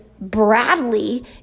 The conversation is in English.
Bradley